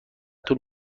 طول